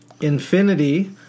Infinity